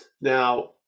Now